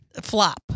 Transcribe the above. flop